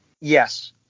Yes